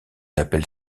appelle